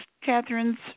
Catherine's